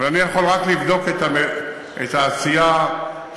אבל אני יכול רק לבדוק את העשייה שמוביל